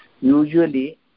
usually